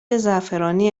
زعفرانی